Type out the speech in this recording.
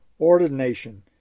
ordination